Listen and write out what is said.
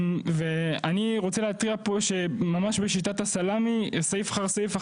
אני רוצה להתריע פה שממש בשיטת הסלמי סעיף אחר סעיף,